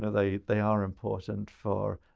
know, they they are important for